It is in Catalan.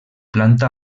planta